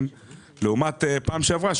לעומת הפעם שעברה,